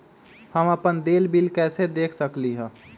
हम अपन देल बिल कैसे देख सकली ह?